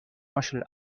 marshal